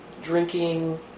drinking